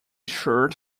shirt